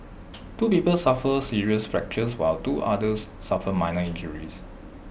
two people suffered serious fractures while two others suffered minor injuries